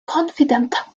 confident